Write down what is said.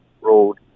Road